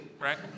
right